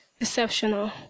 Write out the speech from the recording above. exceptional